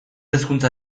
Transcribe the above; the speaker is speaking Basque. hezkuntza